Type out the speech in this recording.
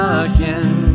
again